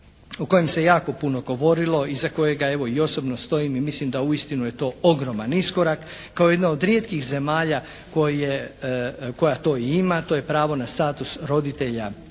o kojem se jako puno govorilo i iza kojega evo i osobno stojim i mislim da uistinu je to ogroman iskorak kao jedna od rijetkih zemalja koja to ima. To je pravo na status roditelja